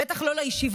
בטח לא לישיבות,